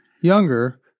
younger